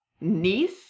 niece